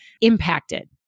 impacted